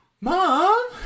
mom